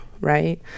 right